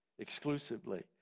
exclusively